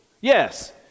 Yes